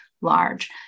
large